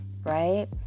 right